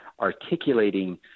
articulating